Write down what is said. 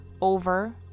over